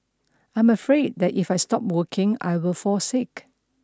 I am afraid that if I stop working I will fall sick